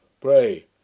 Pray